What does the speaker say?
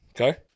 Okay